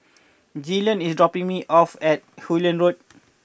Jillian is dropping me off at Hullet Road